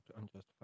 Unjustified